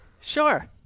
Sure